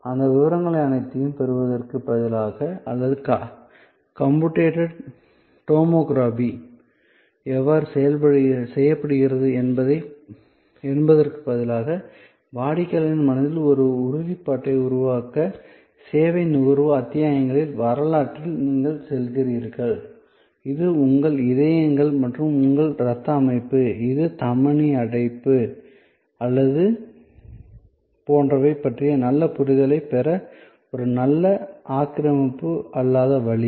அந்த விவரங்கள் அனைத்தையும் பெறுவதற்குப் பதிலாக அல்லது கம்ப்யூட்டட் டோமோகிராபி எவ்வாறு செய்யப்படுகிறது என்பதற்குப் பதிலாக வாடிக்கையாளர்களின் மனதில் ஒரு உறுதிப்பாட்டை உருவாக்க சேவை நுகர்வு அத்தியாயங்களின் வரலாற்றில் நீங்கள் செல்கிறீர்கள் இது உங்கள் இதயங்கள் அல்லது உங்கள் இரத்த அமைப்பு அல்லது தமனி அடைப்பு அல்லது போன்றவை பற்றிய நல்ல புரிதலைப் பெற ஒரு நல்ல ஆக்கிரமிப்பு அல்லாத வழி